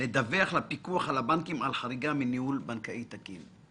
לדווח לפיקוח על הבנקים על חריגה מניהול בנקאי תקין?